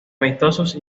amistosos